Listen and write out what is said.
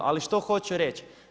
Ali što hoću reći?